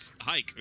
hike